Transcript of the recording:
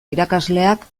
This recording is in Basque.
irakasleak